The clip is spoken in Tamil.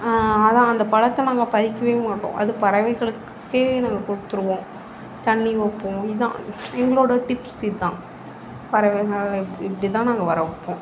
அதுதான் அந்த பழத்தை நாங்கள் பறிக்கவே மாட்டோம் அது பறவைகளுக்கே நாங்கள் கொடுத்துருவோம் தண்ணி வைப்போம் இதுதான் எங்களோடய டிப்ஸ் இதுதான் பறவைகளை இப்படிதான் நாங்கள் வரவைப்போம்